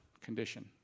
condition